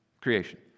creation